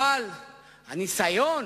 הניסיון